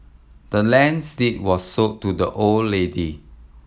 the land's deed was sold to the old lady